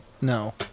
No